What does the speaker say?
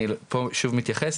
אני פה שוב מתייחס,